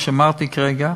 כפי שאמרתי כרגע,